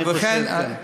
ובכן,